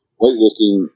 weightlifting